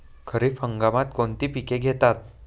खरीप हंगामात कोणती पिके घेतात?